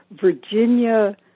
Virginia